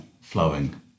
flowing